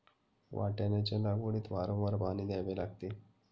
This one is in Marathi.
वाटाण्याच्या लागवडीत वारंवार पाणी द्यावे लागते